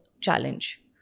challenge